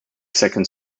second